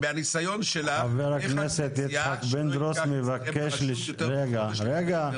חבר הכנסת יצחק פינדרוס רוצה לשאול שאלה.